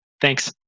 Thanks